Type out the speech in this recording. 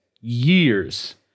years